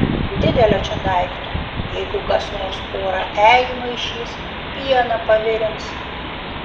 didelio čia daikto jeigu kas nors porą e įmaišys pieną pavirins